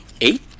Eight